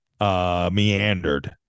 meandered